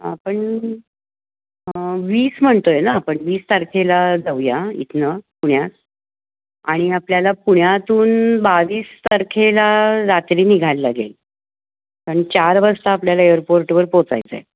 आपण वीस म्हणतोय ना आपण वीस तारखेला जाऊया इथून पुण्यात आणि आपल्याला पुण्यातून बावीस तारखेला रात्री निघायला लागेल कारण चार वाजता आपल्याला एअरपोर्टवर पोचायचं आहे